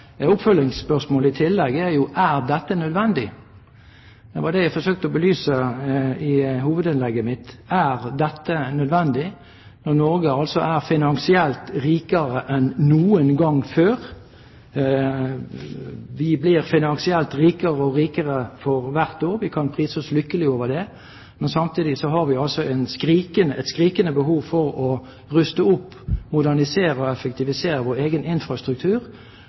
Er dette nødvendig? Det var det jeg forsøkte å belyse i hovedinnlegget mitt. Er dette nødvendig når Norge er finansielt rikere enn noen gang før? Vi blir finansielt rikere og rikere for hvert år, vi kan prise oss lykkelige over det. Men samtidig har vi et skrikende behov for å ruste opp, modernisere og effektivisere vår egen infrastruktur. Da kommer vi til de nye finansieringsverktøyene: Hvordan klarer vi å koble finansiell rikdom med at vi må investere i infrastruktur?